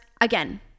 again